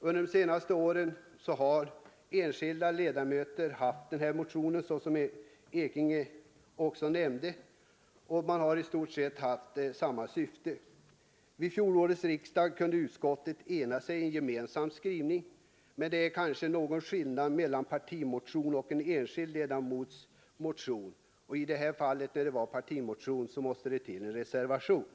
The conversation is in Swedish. Under de senaste åren har enskilda ledamöter motionerat i detta ärende vilket herr Ekinge har nämnt — och i stort sett med samma syfte. Vid fjolårets riksdag kunde utskottet ena sig om en gemensam skrivning, men det är kanske skillnad mellan en partimotion och en enskild ledamots motion. I detta fall, när en partimotion har avgivits, måste det till en reservation.